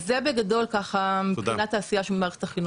זה בגדול מבחינת העשייה של מערכת החינוך.